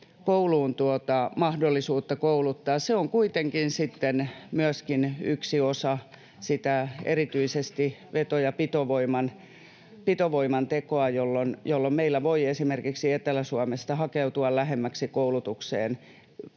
kouluun mahdollisuutta kouluttaa. Se on kuitenkin sitten myöskin yksi osa erityisesti sitä veto- ja pitovoiman tekoa, jolloin meillä voi esimerkiksi Etelä-Suomesta hakeutua lähemmäksi koulutukseen,